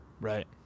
Right